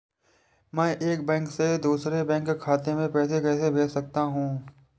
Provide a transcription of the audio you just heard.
मैं एक बैंक से दूसरे बैंक खाते में पैसे कैसे भेज सकता हूँ?